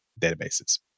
databases